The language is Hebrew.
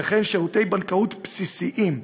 וכן שירותי בנקאות בסיסיים,